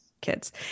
kids